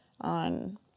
on